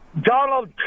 Donald